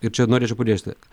ir čia norėčiau pabrėžti